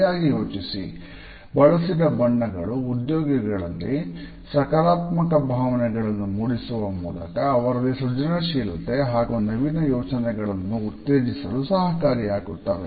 ಸರಿಯಾಗಿ ಯೋಚಿಸಿ ಬಳಸಿದ ಬಣ್ಣಗಳು ಉದ್ಯೋಗಿಗಳಲ್ಲಿ ಸಕಾರಾತ್ಮಕ ಭಾವನೆಗಳನ್ನು ಮೂಡಿಸುವ ಮೂಲಕ ಅವರಲ್ಲಿ ಸೃಜನಶೀಲತೆ ಹಾಗೂ ನವೀನ ಯೋಚನೆಗಳನ್ನು ಉತ್ತೇಜಿಸಲು ಸಹಕಾರಿಯಾಗುತ್ತವೆ